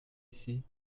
ici